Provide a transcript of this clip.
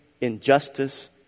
injustice